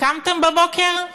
קמתם בבוקר?